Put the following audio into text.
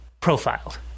profiled